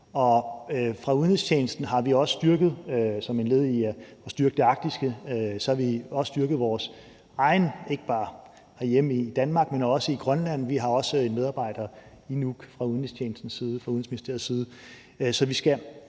Og fra udenrigstjenesten har vi også som et led i at styrke det arktiske styrket ikke bare vores eget herhjemme i Danmark, men også i Grønland. Vi har også en medarbejder i Nuuk fra udenrigstjenestens side, fra Udenrigsministeriets side. Så jeg